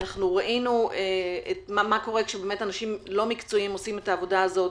ראינו מה קורה כאשר אנשים לא מקצועיים עושים את העבודה הזאת.